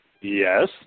Yes